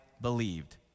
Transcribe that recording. believed